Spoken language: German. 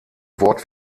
wort